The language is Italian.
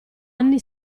anni